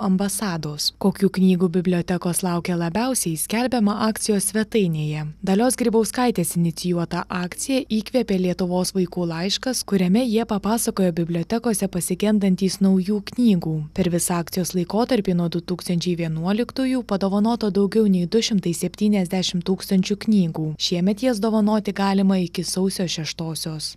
ambasados kokių knygų bibliotekos laukia labiausiai skelbiama akcijos svetainėje dalios grybauskaitės inicijuota akciją įkvėpė lietuvos vaikų laiškas kuriame jie papasakojo bibliotekose pasigendantys naujų knygų per visą akcijos laikotarpį nuo du tūkstančiai vienuoliktųjų padovanota daugiau nei du šimtai septyniasdešimt tūkstančių knygų šiemet jas dovanoti galima iki sausio šeštosios